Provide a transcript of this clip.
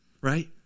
right